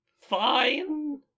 fine